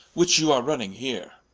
which you are running heere